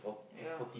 ya